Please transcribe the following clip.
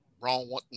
Wrong